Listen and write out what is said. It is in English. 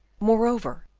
moreover,